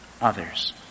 others